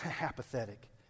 apathetic